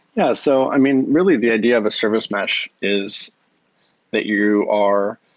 yeah. so i mean, really, the idea of a service mesh is that you are